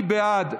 מי בעד?